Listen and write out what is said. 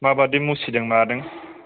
माबादि मुसिदों मादों